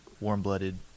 Warm-blooded